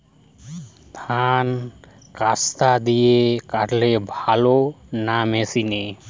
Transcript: ধান কাস্তে দিয়ে কাটলে ভালো না মেশিনে?